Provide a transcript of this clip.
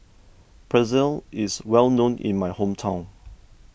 Pretzel is well known in my hometown